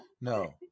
no